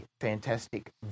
fantastic